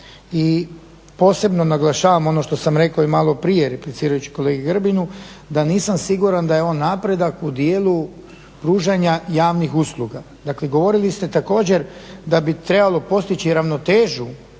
i posebno naglašavam ono što sam rekao i maloprije replicirajući kolegi Grbinu, da nisam siguran da je on napredak u dijelu pružanja javnih usluga. Dakle govorili ste također da bi trebalo postići ravnotežu